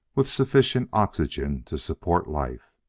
with sufficient oxygen to support life.